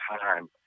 time